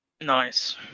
Nice